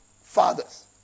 Fathers